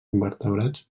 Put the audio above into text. invertebrats